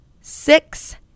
six